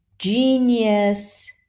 genius